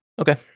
okay